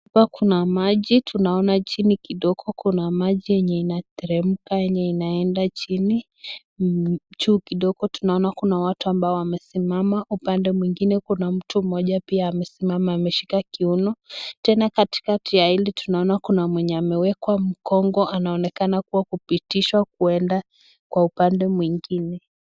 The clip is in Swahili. Hapa kuna maji. tunaona chini kidogo kuna maji yenye inateremka yenye inaenda chini. Juu kidogo tunaona kuna watu ambao wamesimama. Upande mwingine kuna mtu mmoja pia amesimama ameshika kiuno. Tena katikati ya hili tunaona kuna mwenye amewekwa mkongo anaonekana kuwa kupitishwa kwenda kwa upande mwingine.